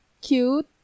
cute